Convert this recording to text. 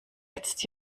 jetzt